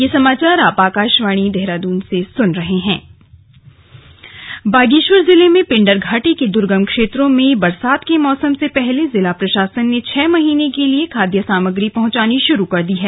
slug monsoon सत्र बागेश्वर जिले में पिंडर घाटी के दुर्गम क्षेत्रों में बरसात के मौसम से पहले जिला प्रशासन ने छह महीने के लिए खाद्य सामग्री पहुंचानी शुरू कर दी है